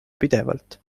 pidevalt